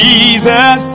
Jesus